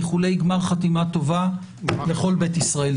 איחולי גמר חתימה טובה לכל בית ישראל.